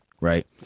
right